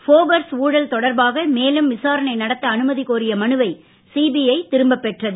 ஃபோபர்ஸ் ஊழல் தொடர்பாக மேலும் விசாரணை நடத்த அனுமதிக்கோரிய மனுவை சிபிஐ திரும்ப பெற்றது